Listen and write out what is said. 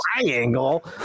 triangle